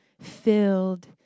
filled